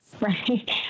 right